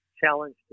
challenge